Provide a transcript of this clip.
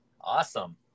Awesome